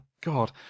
God